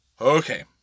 Okay